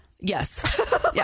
yes